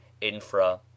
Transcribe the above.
infra